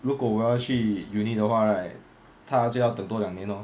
如果我要去 uni 的话 right 他就要等多两年 lor